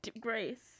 Grace